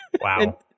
Wow